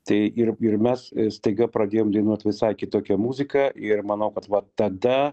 tai ir ir mes staiga pradėjom dainuot visai kitokią muziką ir manau kad va tada